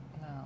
No